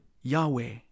yahweh